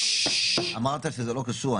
אמרת שזה לא קשור,